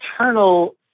eternal